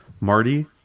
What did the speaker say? Marty